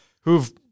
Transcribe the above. who've